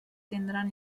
tindran